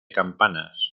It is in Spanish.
campanas